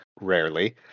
rarely